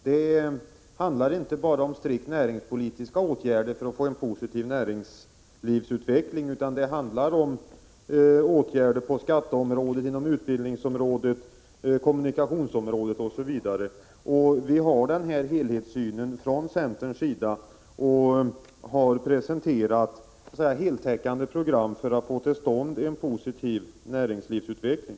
Det handlar inte bara om strikt näringspolitiska åtgärder för att få en positiv näringslivsutveckling, utan det handlar om åtgärder på skatteområdet, utbildningsområdet, kommunikationsområdet osv. Vi har denna helhetssyn från centerns sida och har presenterat ett heltäckande program för att få till stånd en positiv näringslivsutveckling.